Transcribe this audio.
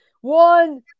One